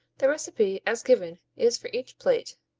the recipe, as given, is for each plate,